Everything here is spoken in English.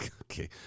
okay